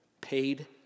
Paid